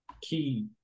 key